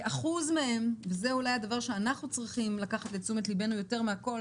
מהם וזה אולי הדבר שאנחנו צריכים לקחת לתשומת לבנו יותר מהכול